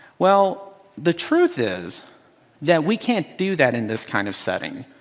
well the truth is that we can't do that in this kind of setting,